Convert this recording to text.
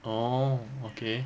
oh okay